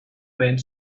went